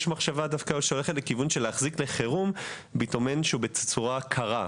יש מחשבה שהולכת לכיוון של להחזיק ביטומן לחירום כשהוא בתצורה קרה.